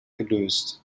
gelöst